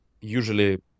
usually